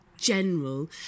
general